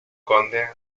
conde